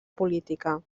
política